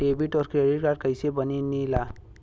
Debit और credit card कईसे बने ने ला?